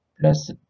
plus